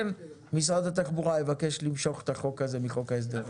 משרד התחבורה יבקש למשוך את החוק הזה מחוק ההסדרים.